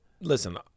Listen